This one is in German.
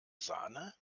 sahne